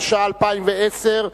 התש"ע 2010,